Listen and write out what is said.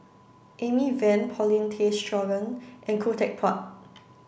Amy Van Paulin Tay Straughan and Khoo Teck Puat